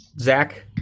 Zach